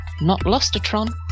not-lost-a-tron